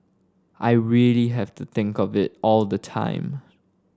I really have to think of it all the time